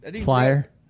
flyer